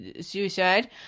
suicide